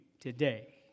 today